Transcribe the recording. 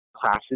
Classes